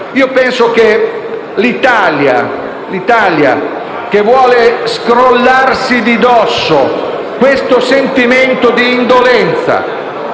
Penso che l'Italia che vuole scrollarsi di dosso questo sentimento di indolenza